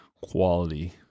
quality